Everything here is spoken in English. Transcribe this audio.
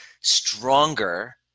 stronger